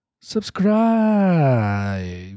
Subscribe